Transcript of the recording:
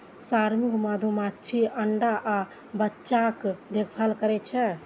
श्रमिक मधुमाछी अंडा आ बच्चाक देखभाल करै छै